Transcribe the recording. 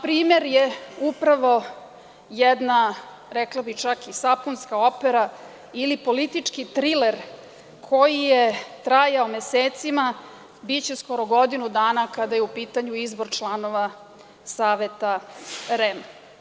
Primer je upravo jedna rekla bih čak i sapunska opera ili politički triler koji je trajao mesecima, biće skoro godinu dana kada je u pitanju izbor članova Saveta REM.